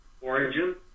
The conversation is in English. origin